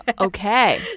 Okay